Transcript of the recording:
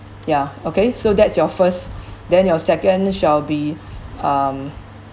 ya okay so that's your first then your second shall be um